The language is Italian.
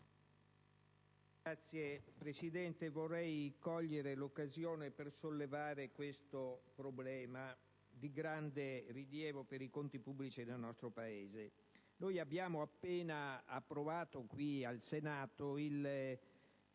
Signor Presidente, vorrei cogliere l'occasione per sollevare un problema di grande rilievo per i conti pubblici del nostro Paese. Abbiamo appena approvato qui al Senato il